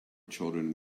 children